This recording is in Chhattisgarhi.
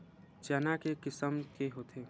चना के किसम के होथे?